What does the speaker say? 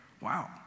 Wow